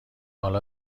حالا